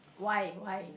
why why